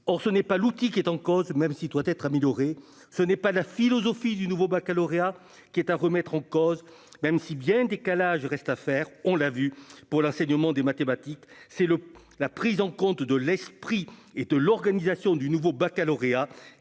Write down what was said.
pourtant pas l'outil qui est en cause, même s'il doit être amélioré, ni la philosophie du nouveau baccalauréat, même si bien des calages restent à faire- on l'a vu pour l'enseignement des mathématiques. C'est la prise en compte de l'esprit et de l'organisation du nouveau baccalauréat